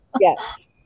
Yes